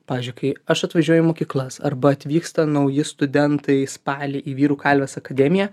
pavyzdžiui kai aš atvažiuoju į mokyklas arba atvyksta nauji studentai spalį į vyrų kalvės akademiją